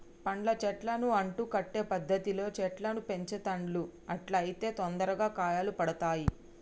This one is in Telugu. పండ్ల చెట్లను అంటు కట్టే పద్ధతిలో చెట్లను పెంచుతాండ్లు అట్లా అయితే తొందరగా కాయలు పడుతాయ్